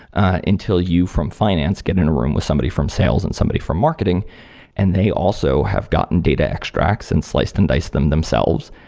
until you from finance get in a room with somebody from sales and somebody from marketing and they also have gotten data extracts and sliced and diced them themselves.